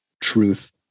truth